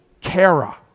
kara